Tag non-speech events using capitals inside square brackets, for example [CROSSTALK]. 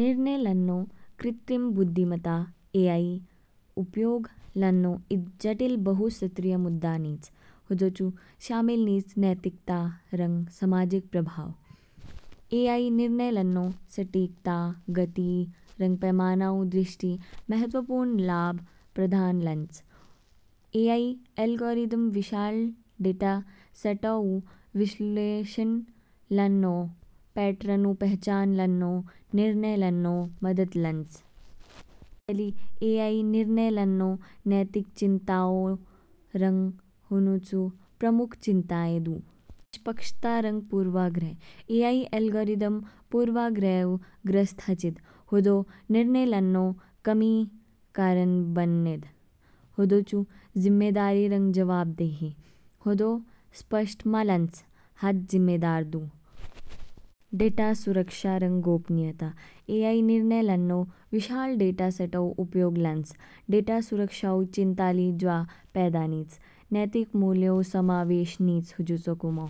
निर्णय लान्नो कृत्रिम बुद्धिमता ए आई उपयोग लान्नो ईद जटिल बहुसत्रिय मुद्दा नीच। होदो चू शामिल नीच नैतिकता रंग सामाजिक प्रभाव। ए आई निर्णय लान्नो सटीकता, गति, रंग पैमाना ऊ दृष्टि महत्त्वपूर्ण लाभ प्रदान लांच। ए आई एल्गोरिदम विशाल डेटा सेटओ ऊ, विश्लेषण [HESITATION] लान्नो पैट्रन ऊ पहचान लान्नो, निर्णय लान्नो, मदद लांच। ए ली ए आई निर्णय लान्नो नैतिक चिंताओ रंग हुनु चू प्रमुख चिंताए दू। निष्पक्षता रंग पुरवाग्रह, ए आई एल्गोरिदम पुरवाग्रह ऊ ग्रस्त हाचिद। होदो निर्णय लान्नो कमी कारण बननेद। होदो चू जिम्मेदारी रंग जवाबदेही, होदो स्पष्ट मा लांच, हात ज़िम्मेदार दू। डेटा सुरक्षा रंग गोपनीयता, ए आई निर्णय लान्नो विशाल डेटा सेटा ऊ उपयोग लांच, डेटा सुरक्षा ऊ चिंता ली जवा पैदा नीच। नैतिक मुल्यो समावेश नीच हुजु चू कुमो।